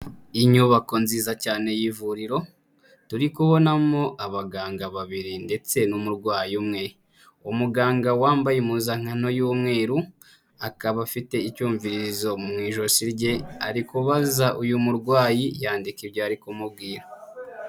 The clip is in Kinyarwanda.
Inyubako nziza cyane y'ivuriro, turi kubonamo abaganga babiri ndetse n'umurwayi umwe, umuganga wambaye impuzankano y'umweru, akaba afite icyumvirizo mu ijosi rye, ari kubaza uyu murwayi yandika ibyo ari kumubwira.